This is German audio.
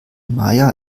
maja